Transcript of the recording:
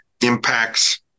impacts